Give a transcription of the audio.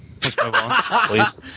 please